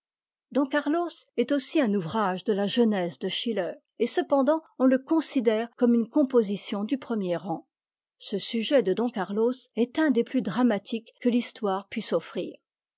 om carlos est aussi un ouvrage de la jeunesse de schiller et cependant on le considère comme une composition du premier rang ce sujet de don carlos est un des plus dramatiques que l'histoire puisse offrir